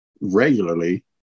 regularly